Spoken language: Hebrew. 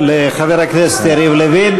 תודה לחבר הכנסת יריב לוין.